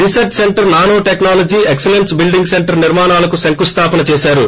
రిసర్స్ centre nano technology excellence building centre నిర్మాణాలకు శంకుస్థాపన చేశారు